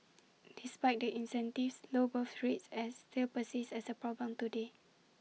despite the incentives low birth rates are still persist as A problem today